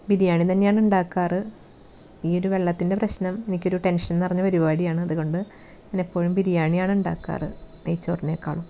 ബിരിയാണി തന്നെയാണ് ഇണ്ടാക്കാറ് ഈ ഒരു വെള്ളത്തിൻ്റെ പ്രശ്നം എനിക്കൊരു ടെൻഷൻ നിറഞ്ഞ പരിപാടിയാണ് അതുകൊണ്ട് ഞാൻ എപ്പോഴും ബിരിയാണിയാണ് ഉണ്ടാക്കാറ് നെയ്ചോറിനേക്കാളും